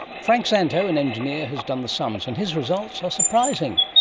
frank szanto, an engineer, has done the sums and his results are surprising.